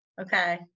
Okay